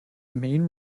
main